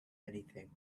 anything